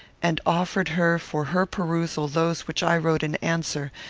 and offered her for her perusal those which i wrote in answer,